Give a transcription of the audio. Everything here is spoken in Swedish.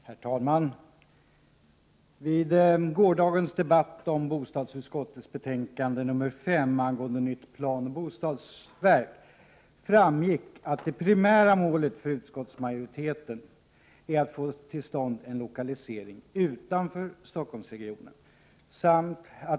Herr talman! Vid gårdagens debatt om bostadsutskottets betänkande 5 angående nytt planoch bostadsverk framgick att det för utskottsmajoriteten primära målet är att få till stånd en lokalisering utanför Stockholmsregionen.